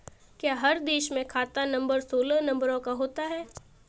क्या हर देश में खाता नंबर सोलह नंबरों का होता है?